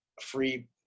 free